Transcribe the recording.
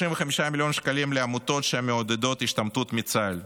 35 מיליון שקלים לעמותות שמעודדות השתמטות מצה"ל,